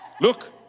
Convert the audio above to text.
Look